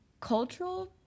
Cultural